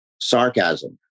sarcasm